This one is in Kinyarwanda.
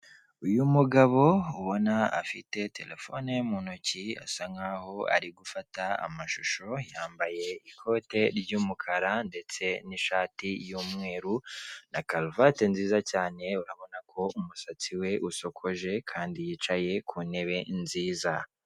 Uyu mugabo ubona afite terefone ye mu ntoki asa nkaho ari gufata amashusho, yambaye ikote ry'umukara ndetse n'ishati y'umweru na karuvati nziza cyane urabona ko umusatsi we usokoje kandi yicaye ku ntebe nziza.